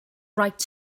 right